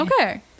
Okay